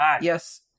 Yes